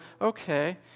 okay